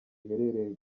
iherereye